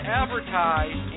advertise